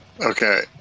Okay